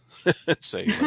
say